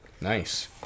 Nice